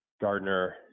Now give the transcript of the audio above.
Gardner